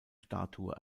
statue